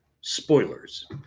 spoilers